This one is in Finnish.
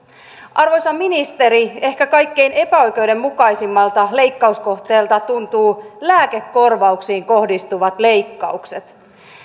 arvoisa ministeri ehkä kaikkein epäoikeudenmukaisimmalta leikkauskohteelta tuntuu lääkekorvauksiin kohdistuvat leikkaukset